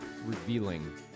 revealing